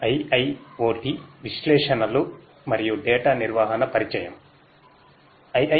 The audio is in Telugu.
IIoT మరియు పరిశ్రమ 4